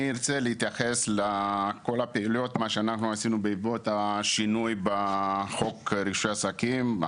ארצה להתייחס לכל הפעילות שעשינו בעקבות השינוי בחוק רישוי עסקים,